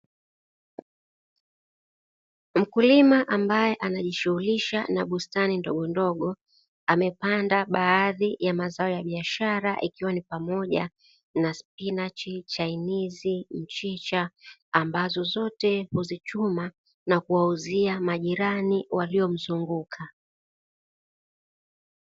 Mkulima ambaye anajishughulisha na bustani ndogo ndogo, amepanda baadhi ya mazao ua biashara ikiwa ni pamoja na spinachi, chainizi, mchicha, ambazo zote huzichuma na kuwauzia majirani waliomzunguka.